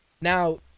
Now